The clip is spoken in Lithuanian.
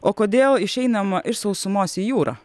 o kodėl išeinama iš sausumos į jūrą